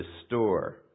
restore